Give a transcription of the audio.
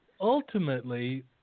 ultimately